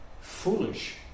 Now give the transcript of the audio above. foolish